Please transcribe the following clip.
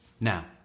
Now